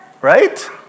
right